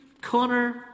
Connor